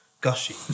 gushy